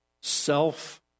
self